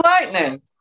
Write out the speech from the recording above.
lightning